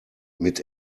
mit